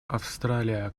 австралия